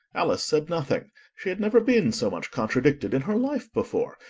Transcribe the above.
alice said nothing she had never been so much contradicted in her life before,